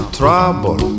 trouble